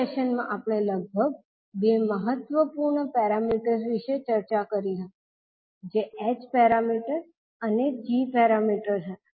આ સેશનમાં આપણે લગભગ બે મહત્વપૂર્ણ પેરામીટર્સ વિશે ચર્ચા કરી હતી જે h પેરામીટર્સ અને g પેરામીટર્સ હતા